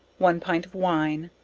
one pint of wine,